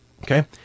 Okay